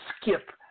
skip